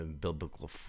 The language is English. biblical